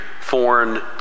foreign